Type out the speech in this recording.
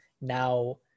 now